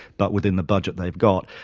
but within the budget they've got.